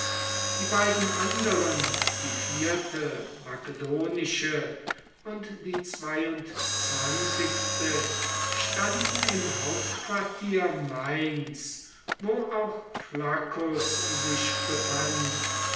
die beiden anderen die vierte makedonische und die zweiundzwanzigste standen im hauptquartier mainz wo auch flaccus sich befand